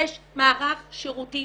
יש מערך שירותים